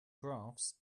graphs